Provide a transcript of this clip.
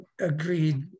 agreed